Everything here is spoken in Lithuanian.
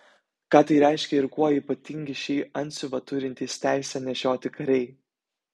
ką tai reiškia ir kuo ypatingi šį antsiuvą turintys teisę nešioti kariai